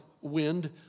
wind